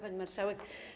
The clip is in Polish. Pani Marszałek!